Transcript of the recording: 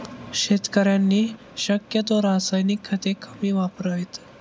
शेतकऱ्यांनी शक्यतो रासायनिक खते कमी वापरावीत